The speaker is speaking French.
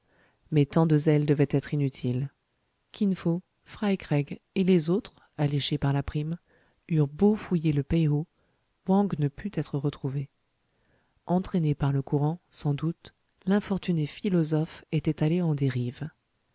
mais tant de zèle devait être inutile kin fo fry craig et les autres alléchés par la prime eurent beau fouiller le péï ho wang ne put être retrouvé entraîné par le courant sans doute l'infortuné philosophe était allé en dérive